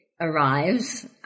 arrives